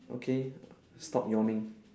okay stop yawning